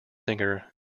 singer